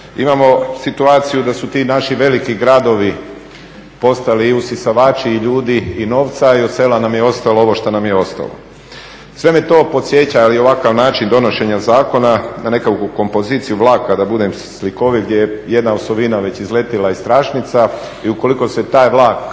Imamo situaciju da su ti naši veliki gradovi postali i usisavači i ljudi i novca i od sela nam je ostalo ovo što nam je ostalo. Sve me to podsjeća, ali i ovakav način donošenja zakona na nekakvu kompoziciju vlaka da budem slikovit gdje je jedna osovina već izletila iz tračnica i ukoliko se taj vlak